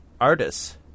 artists